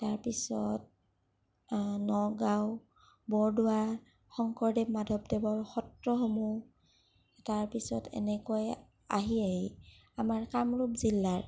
তাৰ পিছত নগাওঁ বৰদোৱা শংকৰদেৱ মাধৱদেৱৰ সত্ৰসমূহ তাৰপিছত এনেকৈয়ে আহি আহি আমাৰ কামৰূপ জিলাৰ